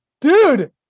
Dude